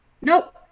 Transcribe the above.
Nope